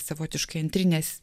savotiškai antrinės